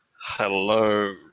Hello